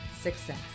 success